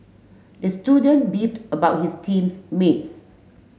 the student beefed about his teams mates